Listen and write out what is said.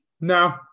no